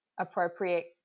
appropriate